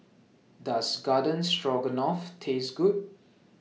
Does Garden Stroganoff Taste Good